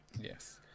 yes